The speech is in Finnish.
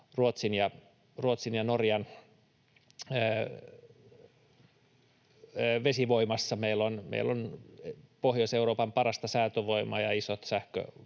Ruotsin ja Norjan vesivoimassa Pohjois-Euroopan parasta säätövoimaa ja isot sähkövarannot,